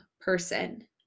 person